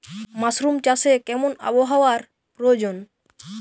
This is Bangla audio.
মাসরুম চাষে কেমন আবহাওয়ার প্রয়োজন?